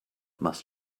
must